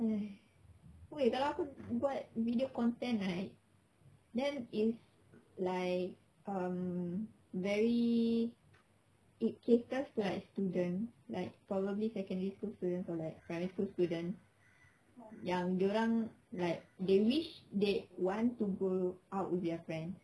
!oi! kalau aku buat video content right then it's like um very it caters like students like probably secondary school students or like primary school students yang dia orang like they wish they want to go out with their friends